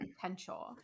potential